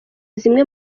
zimwe